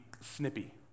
snippy